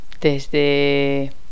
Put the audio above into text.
desde